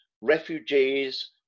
refugees